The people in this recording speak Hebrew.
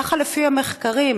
ככה לפי המחקרים,